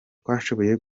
twashoboye